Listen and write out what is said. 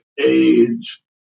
age